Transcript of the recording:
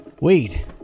Wait